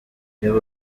niba